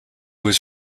was